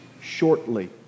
shortly